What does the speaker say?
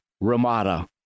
Ramada